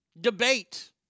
debate